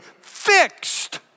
fixed